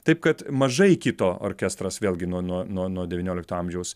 taip kad mažai kito orkestras vėlgi nuo nuo nuo nuo devyniolikto amžiaus